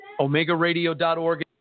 OmegaRadio.org